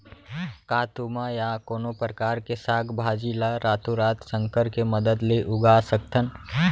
का तुमा या कोनो परकार के साग भाजी ला रातोरात संकर के मदद ले उगा सकथन?